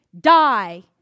die